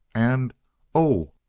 and oh!